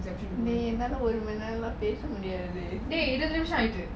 eh டேய் இருவது நிமிஷம் ஆயிட்டு:dei iruvathu nimisam aayetu